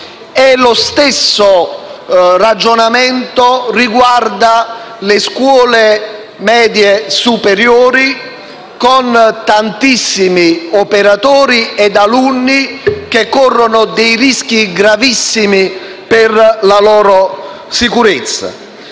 Lo stesso ragionamento vale per le scuole medie superiori, con tantissimi operatori e alunni che corrono rischi gravissimi per la propria sicurezza.